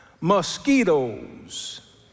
mosquitoes